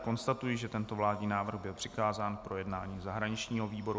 Konstatuji, že tento vládní návrh byl přikázán k projednání zahraničnímu výboru.